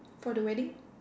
for the wedding